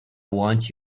want